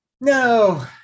No